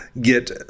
get